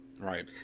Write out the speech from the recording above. right